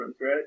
right